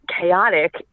Chaotic